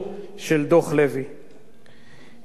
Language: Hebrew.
יהודה ושומרון אינם שטח כבוש.